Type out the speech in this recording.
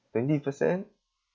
twenty percent